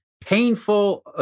painful